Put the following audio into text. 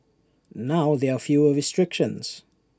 now there are fewer restrictions